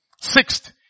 Sixth